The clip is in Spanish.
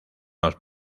los